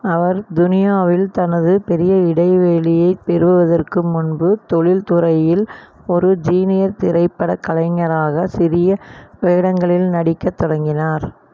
அவர் துனியாவில் தனது பெரிய இடைவெளியைப் பெறுவதற்கு முன்பு தொழில்துறையில் ஒரு ஜீனியர் திரைப்பட கலைஞராக சிறிய வேடங்களில் நடிக்கத் தொடங்கினார்